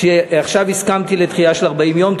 עכשיו הסכמתי לדחייה של 40 יום.